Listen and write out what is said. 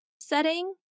setting